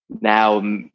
now